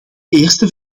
eerste